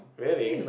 really